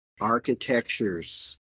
architectures